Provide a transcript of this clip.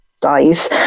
dies